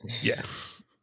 Yes